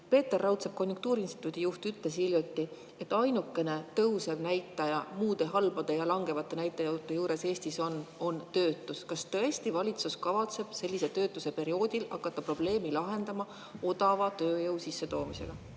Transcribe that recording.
Peeter Raudsepp, konjunktuuriinstituudi juht, ütles hiljuti, et ainukene tõusev näitaja Eestis halbade ja langevate näitajate juures on töötus. Kas tõesti kavatseb valitsus sellise töötuse perioodil hakata probleemi lahendama odava tööjõu sissetoomisega?